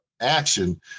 action